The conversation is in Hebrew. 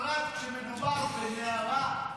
בפרט כשמדובר בנערה שלא מבינה מהחיים שלה.